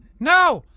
no!